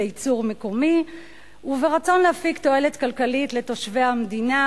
ייצור מקומי ורצון להפיק תועלת כלכלית לתושבי המדינה,